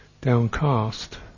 downcast